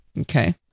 Okay